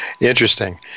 Interesting